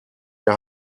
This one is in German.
der